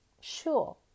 Sure